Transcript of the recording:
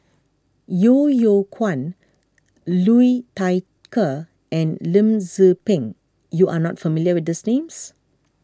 Yeo Yeow Kwang Liu Thai Ker and Lim Tze Peng you are not familiar with these names